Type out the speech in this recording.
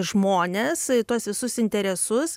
žmones tuos visus interesus